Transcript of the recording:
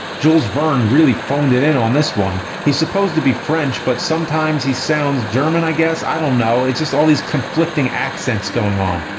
jules verne really phoned it in on this one. he's supposed to be french, but sometimes he sounds german, i guess. i don't know, it's just all these conflicting accents going on.